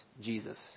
Jesus